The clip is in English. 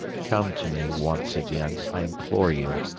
come to me once again, i implore you,